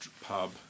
pub